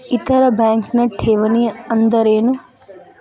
ಇತರ ಬ್ಯಾಂಕ್ನ ಠೇವಣಿ ಅನ್ದರೇನು?